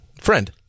Friend